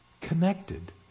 Connected